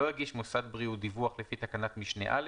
לא הגיש מוסד בריאות דיווח לפי תקנת משנה (א),